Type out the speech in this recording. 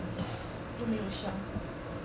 又没有 shell